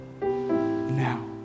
now